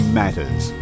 matters